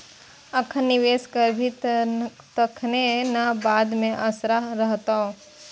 अखन निवेश करभी तखने न बाद मे असरा रहतौ